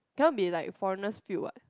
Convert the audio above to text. cannot be like foreigners feel what